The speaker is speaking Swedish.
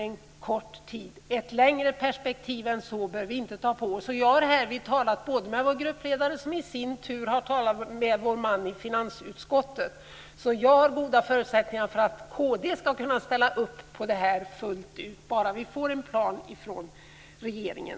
Ett längre perspektiv än så behöver vi inte ta på oss. Jag har talat med vår gruppledare som i sin tur har talat med vår man i finansutskottet. Så förutsättningarna för att Kristdemokraterna ska ställa upp på det här fullt ut är goda bara vi får en plan från regeringen.